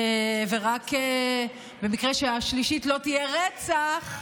ורק במקרה שהשלישית לא תהיה רצח,